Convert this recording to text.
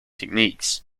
techniques